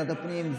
הפנים.